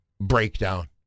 breakdown